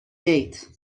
gate